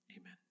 Amen